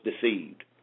deceived